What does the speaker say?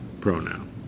pronoun